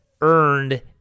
earned